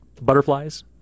Butterflies